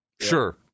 Sure